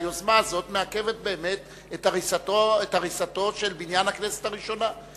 והיוזמה הזאת מעכבת את הריסתו של בניין הכנסת הראשון.